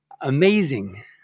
amazing